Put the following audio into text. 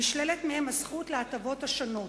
נשללת מהם הזכות להטבות השונות.